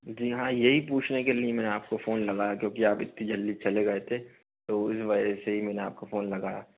जी हाँ यही पूछने के लिए मैंने आपको फ़ोन लगाया क्योंकि आप इतनी जल्दी चले गए थे तो उस वजह से ही मैंने आपको फ़ोन लगाया